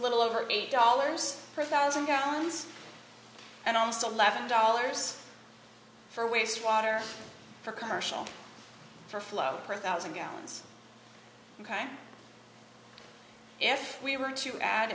little over eight dollars per thousand gallons and almost eleven dollars for wastewater for commercial for flow per thousand gallons if we were to add